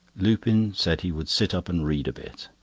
lupin said he would sit up and read a bit.